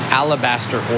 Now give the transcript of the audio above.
alabaster